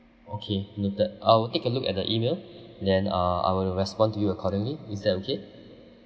okay noted I will take a look at the email then uh I will respond to you accordingly is that okay